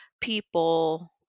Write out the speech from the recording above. people